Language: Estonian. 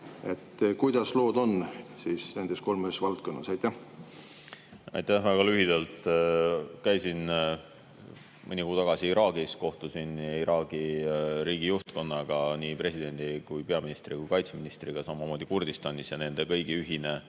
Kuidas lood on siis nendes kolmes valdkonnas? Aitäh! Väga lühidalt. Käisin mõni kuu tagasi Iraagis, kohtusin Iraagi riigi juhtkonnaga, nii presidendi kui peaministri kui kaitseministriga. Samamoodi käisin Kurdistanis. Nende kõigi ühine